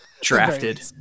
Drafted